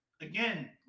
again